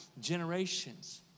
generations